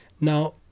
Now